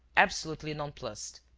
absolutely nonplussed.